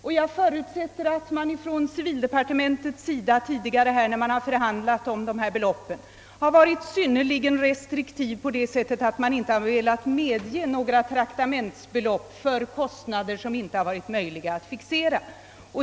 Och jag förutsätter att man inom civildepartementet, när man tidigare förhandlat om dessa belopp, varit synnerligen restriktiv och inte velat medge några traktamentsbelopp för kostnader som inte varit möjliga att fixera.